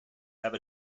have